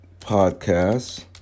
podcasts